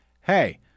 Hey